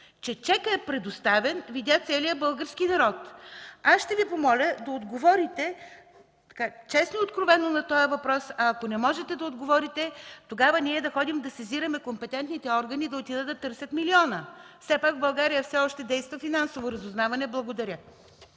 Че чекът е предоставен, видя целият български народ. Аз ще Ви помоля да отговорите честно и откровено на този въпрос, а ако не можете да отговорите, тогава ние да ходим да сезираме компетентните органи, за да отидат да търсят милиона. Все пак в България все още действа Финансово разузнаване. Благодаря.